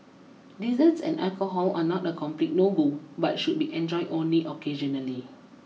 desserts and alcohol are not a complete no go but should be enjoyed only occasionally